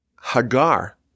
Hagar